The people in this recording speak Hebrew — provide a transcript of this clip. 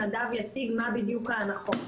נדב יציג מה בדיוק ההנחות.